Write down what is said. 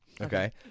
Okay